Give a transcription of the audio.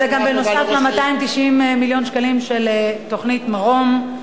זה גם נוסף על-290 מיליון שקלים של תוכנית "מרום".